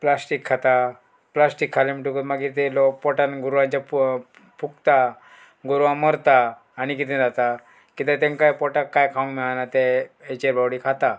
plastic खाता plastic खाले म्हणटकच मागीर तें लोक पोटान गोरवांच्या फुगता गोरवां मरता आनी कितें जाता किद्या तेमकां पोटाक कांय खावंक मेळना ते हेचेर बॉडी खाता